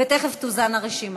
ותכף תוזן הרשימה.